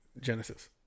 Genesis